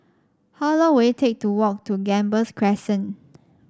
how long will it take to walk to Gambas Crescent